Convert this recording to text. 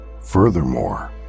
Furthermore